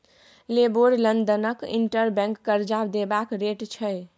LIBOR लंदनक inter bank करजा देबाक रेट छै